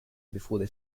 before